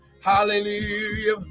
Hallelujah